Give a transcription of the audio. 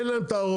אין להם תערובת,